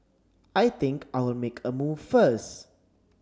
I think I'll make a move first